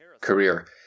career